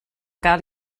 cal